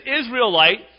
Israelite